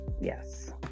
Yes